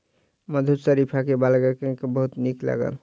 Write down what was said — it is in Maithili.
मधुर शरीफा बालकगण के बहुत नीक लागल